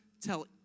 tell